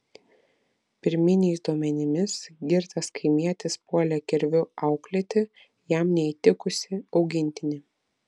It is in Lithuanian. pirminiais duomenimis girtas kaimietis puolė kirviu auklėti jam neįtikusį augintinį